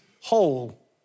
whole